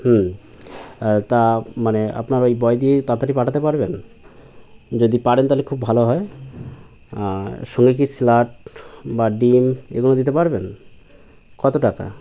হুম তা মানে আপনারা ওই বয় দিয়ে তাড়াতাড়ি পাঠাতে পারবেন যদি পারেন তাহলে খুব ভালো হয় সঙ্গে কি স্যালাড বা ডিম এগুলো দিতে পারবেন কত টাকা